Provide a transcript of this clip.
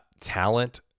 talent